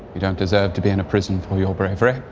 don't deserve to be in a prison for your bravery.